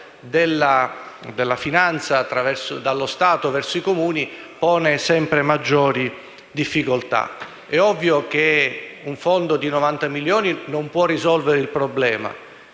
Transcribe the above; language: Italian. assegnate dallo Stato ai Comuni pone sempre maggiori difficoltà. È ovvio che un fondo di 90 milioni di euro non può risolvere il problema